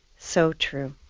so true.